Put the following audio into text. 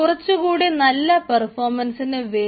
കുറച്ചു കൂടി നല്ല പെർഫോമൻസിനു വേണ്ടി